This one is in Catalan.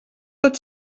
tot